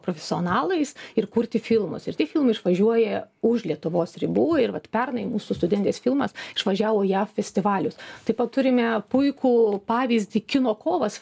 profesionalais ir kurti filmus ir taip filmai išvažiuoja už lietuvos ribų ir vat pernai mūsų studentės filmas išvažiavo į jav festivalius taip pat turime puikų pavyzdį kino kovas